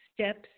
Steps